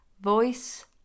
Voice